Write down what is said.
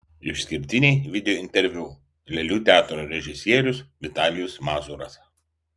išskirtiniai videointerviu lėlių teatro režisierius vitalijus mazūras